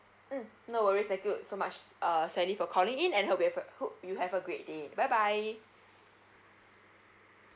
mm no worries thank you so much uh sally for calling in and hope you've a hope you have a great day bye bye